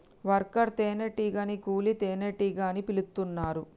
worker తేనే టీగనే కూలీ తేనెటీగ అని పిలుతున్నరు